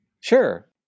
Sure